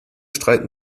streiten